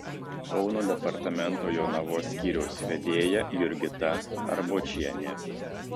kauno departamento jonavos skyriaus vedėja jurgita arbočienė